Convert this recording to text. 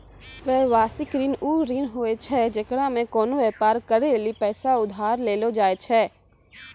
व्यवसायिक ऋण उ ऋण होय छै जेकरा मे कोनो व्यापार करै लेली पैसा उधार लेलो जाय छै